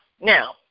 Now